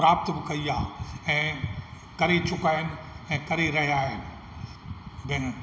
प्रापत कई आहे ऐं करे चुका आहिनि ऐं करे रहिया आहिनि